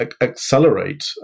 accelerate